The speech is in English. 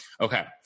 Okay